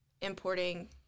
importing